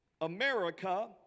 America